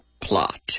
plot